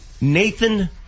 Nathan